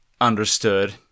understood